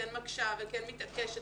כן מקשה וכן מתעקשת.